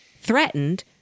threatened